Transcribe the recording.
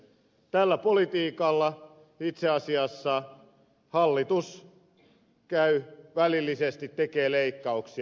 tällä politiikalla itse asiassa hallitus välillisesti tekee leikkauksia